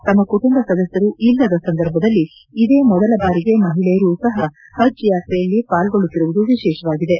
ತಮ್ಮ ಕುಟುಂಬದ ಸದಸ್ಕರು ಇಲ್ಲದ ಸಂದರ್ಭದಲ್ಲಿ ಇದೇ ಮೊದಲ ಬಾರಿಗೆ ಮಹಿಳೆಯರೂ ಸಹ ಹಜ್ ಜಾತ್ರೆಯಲ್ಲಿ ಪಾಲ್ಗೊಳ್ಳುತ್ತಿರುವುದು ವಿಶೇಷವಾಗಿದೆ